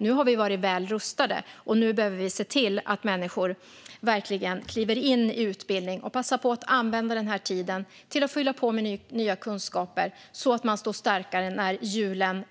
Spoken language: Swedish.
Nu är vi väl rustade och behöver se till att människor verkligen kliver in i utbildning och passar på att använda tiden som arbetslös till att fylla på med nya kunskaper, så att man står starkare när hjulen